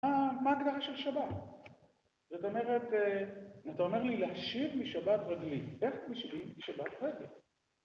מה הגדרה של שבת? זאת אומרת, אתה אומר לי להשיב משבת רגלי. איך משיבים משבת רגל?